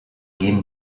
guim